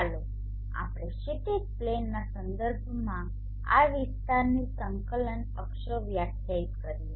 ચાલો આપણે આ ક્ષિતિજ પ્લેનના સંદર્ભમાં આ વિસ્તારની સંકલન અક્ષો વ્યાખ્યાયિત કરીએ